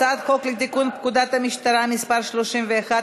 הצעת חוק לתיקון פקודת המשטרה (מס' 31),